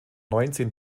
neunzehn